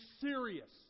serious